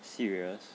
serious